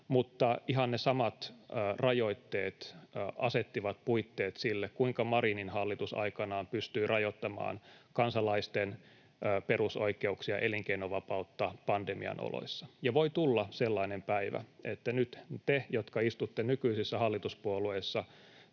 mutta ihan ne samat rajoitteet asettivat puitteet sille, kuinka Marinin hallitus aikanaan pystyi rajoittamaan kansalaisten perusoikeuksia ja elinkeinovapautta pandemian oloissa. Ja voi tulla sellainen päivä, että te, jotka nyt istutte nykyisissä hallituspuolueissa,